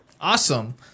Awesome